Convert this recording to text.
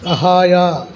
ಸಹಾಯ